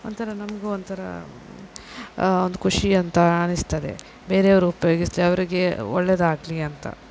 ಒಂಥರ ನಮಗೂ ಒಂಥರ ಒಂದು ಖುಷಿ ಅಂತ ಅನಿಸ್ತದೆ ಬೇರೇವ್ರು ಉಪಯೋಗಿಸಲಿ ಅವ್ರಿಗೆ ಒಳ್ಳೇದಾಗಲಿ ಅಂತ